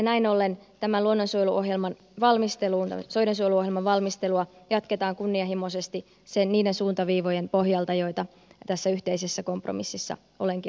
näin ollen tätä soidensuojeluohjelman valmistelua jatketaan kunnianhimoisesti niiden suuntaviivojen pohjalta joita tässä yhteisessä kompromississa olenkin aiemminkin esittänyt